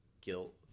guilt